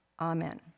Amen